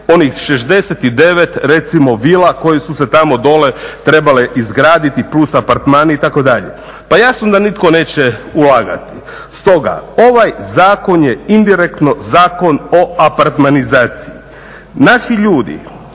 onih 69 recimo vila koje su se tamo dole trebale izgraditi plus apartmani itd.? Pa jasno da nitko neće ulagati. Stoga ovaj zakon je indirektno zakon o apartmanizaciji. Naši ljudi